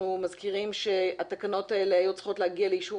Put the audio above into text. אנחנו מזכירים שהתקנות האלה היו צריכות להגיע לאישור